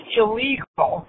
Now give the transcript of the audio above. illegal